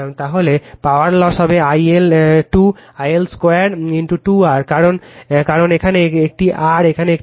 তাহলে power loss হবে I L 2 2 R কারণ এখানে এটি R এখানে এটি R